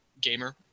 gamer